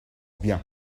bien